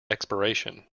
expiration